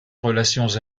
relations